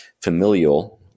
familial